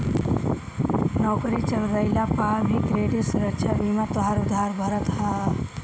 नोकरी चल गइला पअ भी क्रेडिट सुरक्षा बीमा तोहार उधार भरत हअ